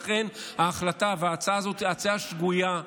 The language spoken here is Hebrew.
לכן ההצעה הזו היא הצעה שגויה,